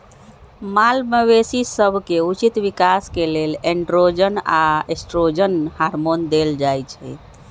माल मवेशी सभके उचित विकास के लेल एंड्रोजन आऽ एस्ट्रोजन हार्मोन देल जाइ छइ